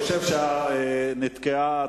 אני חושב שההצבעה נתקעה.